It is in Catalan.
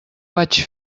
vaig